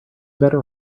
better